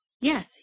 yes